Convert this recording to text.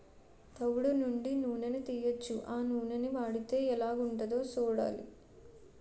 తవుడు నుండి నూనని తీయొచ్చు ఆ నూనని వాడితే ఎలాగుంటదో సూడాల